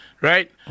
right